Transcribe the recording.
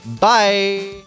Bye